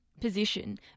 position